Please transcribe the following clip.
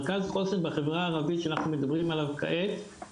בתקופה האחרונה אנחנו כמעט ביום-יום רואים הריסת בתים.